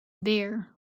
bare